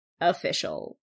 official